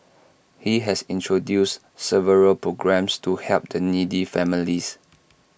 he has introduced several programmes to help the needy families